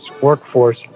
workforce